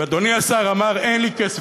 אדוני השר אמר: אין לי כסף.